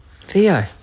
Theo